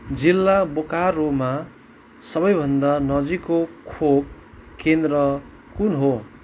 जिल्ला बोकारोमा सबैभन्दा नजिकको खोप केन्द्र कुन हो